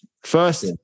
First